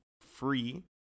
free